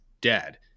dead